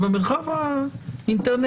זה במרחב האינטרנטי